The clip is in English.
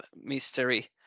mystery